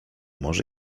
może